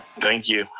thank you.